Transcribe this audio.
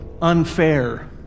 unfair